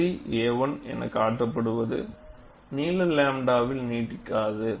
பகுதி A 1 எனக் காட்டப்படுவது நீள 𝝺வில் நீடிக்காது